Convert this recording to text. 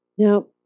Now